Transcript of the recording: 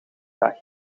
dag